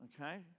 Okay